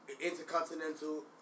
intercontinental